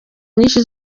nyinshi